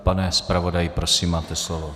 Pane zpravodaji, prosím, máte slovo.